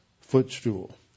footstool